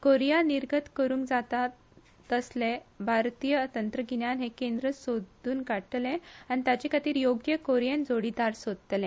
कोरीया निर्गत करुंक जाता तसले भारतीय तंत्रगिन्याय हे केंद्र सोद्न काढतले आनी ताचे खातीर योग्य कोरीयन जोडीदार सोदतले